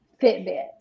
Fitbit